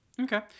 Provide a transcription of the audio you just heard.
Okay